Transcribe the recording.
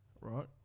right